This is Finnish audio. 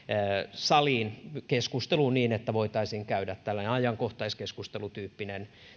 saliin niin että voitaisiin käydä tällainen ajankohtaiskeskustelutyyppinen